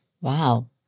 Wow